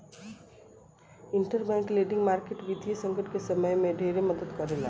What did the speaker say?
interbank lending market वित्तीय संकट के समय में ढेरे मदद करेला